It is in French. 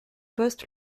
poste